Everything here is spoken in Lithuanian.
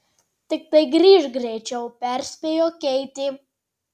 tiktai grįžk greičiau perspėjo keitė